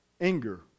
Anger